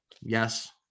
Yes